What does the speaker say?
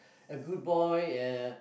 a good boy uh